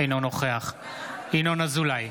אינו נוכח ינון אזולאי,